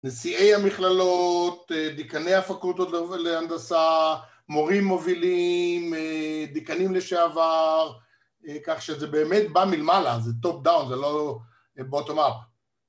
נשיאי המכללות, דיקני הפקולטות להנדסה, מורים מובילים, דיקנים לשעבר, כך שזה באמת בא מלמעלה, זה טופ דאון, זה לא בוטום אפ.